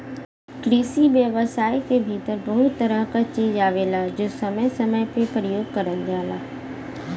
कृषि व्यवसाय के भीतर बहुत तरह क चीज आवेलाजो समय समय पे परयोग करल जाला